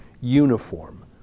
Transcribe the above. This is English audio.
uniform